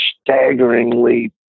staggeringly